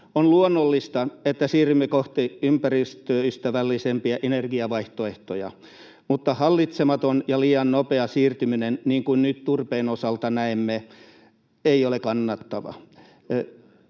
On luonnollista, että siirrymme kohti ympäristöystävällisempiä energiavaihtoehtoja, mutta hallitsematon ja liian nopea siirtyminen, niin kuin nyt turpeen osalta näemme, ei ole kannattava,